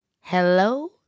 Hello